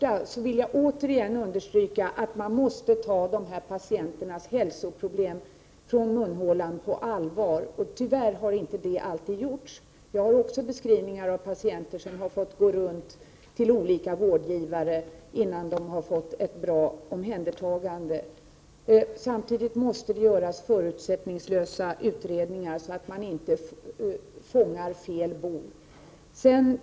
Herr talman! Jag vill återigen understryka att de hälsoproblem som de här patienterna har när det gäller munhålan måste tas på allvar. Tyvärr har inte det alltid gjorts. Jag har också fått beskrivningar från patienter som måst gå runt till olika vårdgivare innan de har blivit omhändertagna på ett bra sätt. Samtidigt vill jag säga att det måste göras förutsättningslösa undersökningar, så att man inte fångar fel bov.